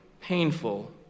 painful